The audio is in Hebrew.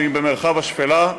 אם במרחב השפלה,